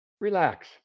relax